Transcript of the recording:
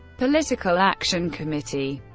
political action committee